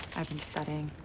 i've been studying.